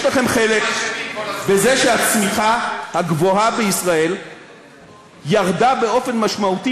יש לכם חלק בזה שהצמיחה הגבוהה בישראל ירדה באופן משמעותי